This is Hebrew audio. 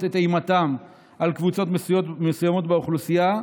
את אימתן על קבוצות מסוימות באוכלוסייה,